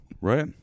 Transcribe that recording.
right